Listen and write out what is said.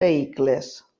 vehicles